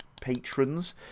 patrons